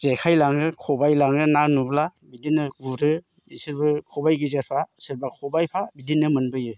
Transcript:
जेखाय लाङो खबाय लाङो ना नुब्ला बिदिनो गुरो बिसोरबो खबाय गेजेरफा सोरबा खाबायफा बिदिनो मोनबोयो